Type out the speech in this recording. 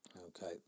Okay